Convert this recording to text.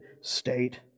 state